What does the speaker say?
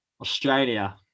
Australia